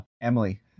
Emily